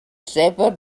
stable